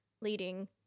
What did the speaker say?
leading